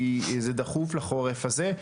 כי זה דחוף לחורף הזה,